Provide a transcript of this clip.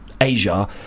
Asia